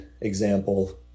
example